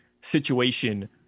situation